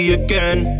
again